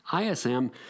ISM